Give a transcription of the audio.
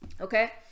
okay